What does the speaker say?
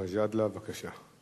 חבר הכנסת גאלב מג'אדלה, בבקשה.